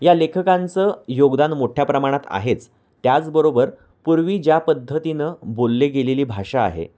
या लेखकांचं योगदान मोठ्या प्रमाणात आहेच त्याचबरोबर पूर्वी ज्या पद्धतीनं बोलले गेलेली भाषा आहे